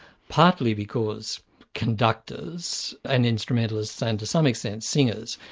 partly because conductors and instrumentalists, and to some extent singers,